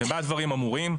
במה דברים אמורים?